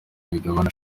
migabane